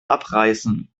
abreißen